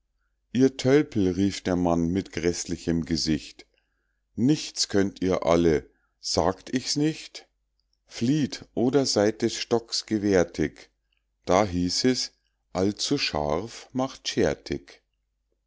ihr tölpel rief der mann mit gräßlichem gesicht nichts könnt ihr alle sagt ich's nicht flieht oder seyd des stocks gewärtig da hieß es allzu scharf macht